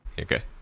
Okay